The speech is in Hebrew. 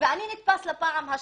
ואני נתפס בפעם השלישית,